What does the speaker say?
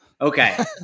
Okay